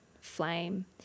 flame